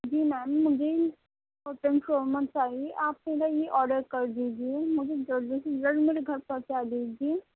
جی ma'am مجھے mutton شورمہ چاہیے آپ میرا یہ آڈر کر دیجیے مجھے جلد سے جلد میرے گھر پہنچا دیجیے